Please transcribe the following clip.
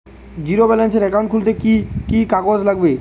Zero ব্যালেন্সের account খুলতে কি কি কাগজ লাগবে?